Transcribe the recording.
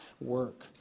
work